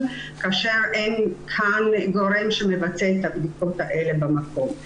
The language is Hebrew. כאשר אין כאן גורם שמבצע את הבדיקות האלה במקום.